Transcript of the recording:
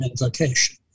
invocation